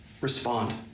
Respond